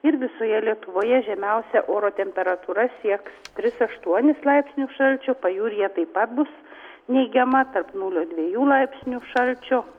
ir visoje lietuvoje žemiausia oro temperatūra sieks tris aštuonis laipsnius šalčio pajūryje taip pat bus neigiama tarp nulio dviejų laipsnių šalčio